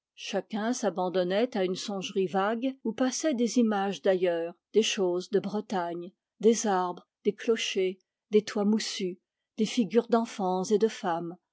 chacun s'abandonnait à une songerie vague où passaient des images d'ailleurs des choses de bretagne des arbres des clochers des toits moussus des figures d'enfants et de femmes